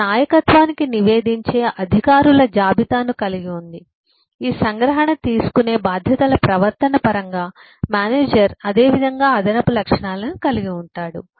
తన నాయకత్వానికి నివేదించే అధికారుల జాబితాను కలిగి ఉంది ఈ సంగ్రహణ తీసుకునే బాధ్యతల ప్రవర్తన పరంగా మేనేజర్ అదేవిధంగా అదనపు లక్షణాలను కలిగి ఉంటాడు